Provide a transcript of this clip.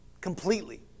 completely